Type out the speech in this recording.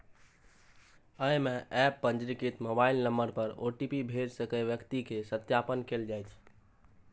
अय मे एप पंजीकृत मोबाइल नंबर पर ओ.टी.पी भेज के सही व्यक्ति के सत्यापन कैल जाइ छै